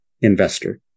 investor